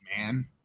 man